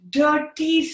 dirty